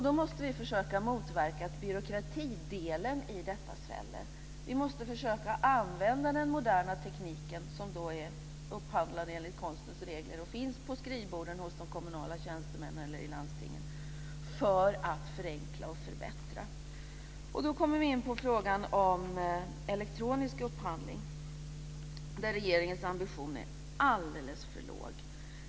Vi måste försöka motverka att byråkratidelen i detta sväller. Vi måste försöka använda den moderna tekniken som är upphandlad enligt konstens regler och som finns på skrivborden hos de kommunala tjänstemännen eller i landstingen för att förenkla och förbättra. Då kommer vi in på frågan om elektronisk upphandling, där regeringens ambition är alldeles för låg.